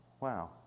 Wow